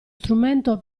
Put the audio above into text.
strumento